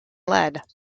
lead